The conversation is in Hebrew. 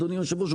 אדוני היושב-ראש,